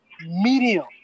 medium